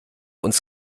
uns